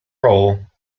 role